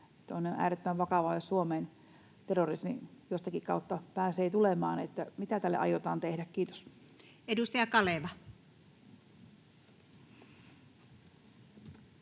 äärettömän vakavaa, jos Suomeen terrorismi jostakin kautta pääsee tulemaan. Mitä tälle aiotaan tehdä? — Kiitos. [Speech